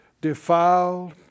defiled